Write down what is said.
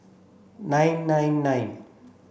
nine nine nine